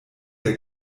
der